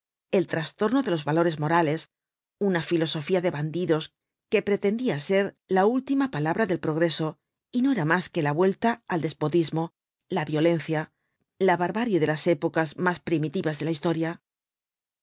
el trastorno de los valores morales una filosofía de bandidos que pretendía ser la última palabra del progreso y no era más que la vuelta al despotismo la violencia la barbarie de las épocas más primitivas de la historia